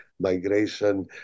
migration